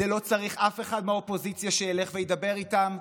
על זה לא צריך אף אחד מהאופוזיציה שילך וידבר איתם,